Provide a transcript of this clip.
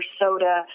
soda